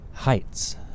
heights